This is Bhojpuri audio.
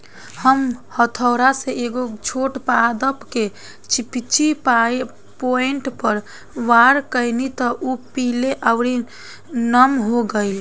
हम हथौड़ा से एगो छोट पादप के चिपचिपी पॉइंट पर वार कैनी त उ पीले आउर नम हो गईल